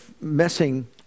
messing